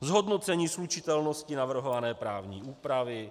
Zhodnocení slučitelnosti navrhované právní úpravy.